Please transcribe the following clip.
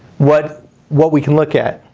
what what we can look at.